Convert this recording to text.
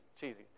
cheesy